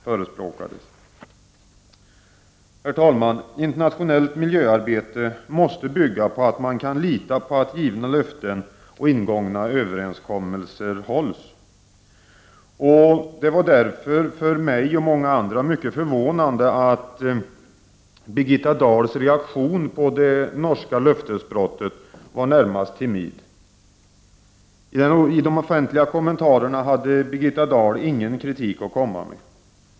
Herr talman! Internationellt miljöarbete måste bygga på att man kan lita på att givna löften och ingångna överenskommelser hålls. Det var därför för mig och många andra mycket förvånande att Birgitta Dahls reaktion på det norska löftesbrottet var närmast timid. I de offentliga kommentarerna hade Birgitta Dahl ingen kritik att komma med.